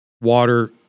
water